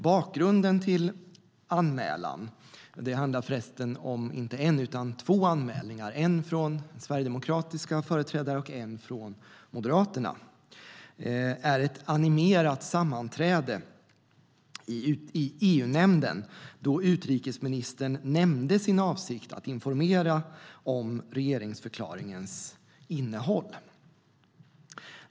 Bakgrunden till anmälan - det är förresten inte en utan två anmälningar, en från sverigedemokratiska företrädare och en från Moderaterna - är ett animerat sammanträde i EU-nämnden, då utrikesministern nämnde sin avsikt att informera om regeringsförklaringens innehåll.